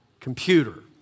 computer